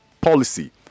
policy